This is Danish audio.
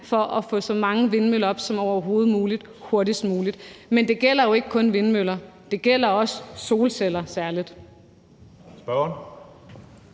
for at få sat så mange vindmøller op som overhovedet muligt hurtigst muligt. Men det gælder jo ikke kun vindmøller, det gælder særlig også solceller. Kl.